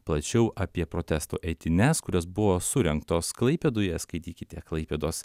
plačiau apie protesto eitynes kurios buvo surengtos klaipėdoje skaitykite klaipėdos